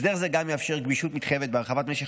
הסדר זה גם יאפשר גמישות מתחייבת בהרחבת משך